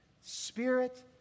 Spirit